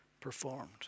performed